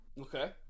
okay